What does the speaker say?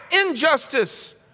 injustice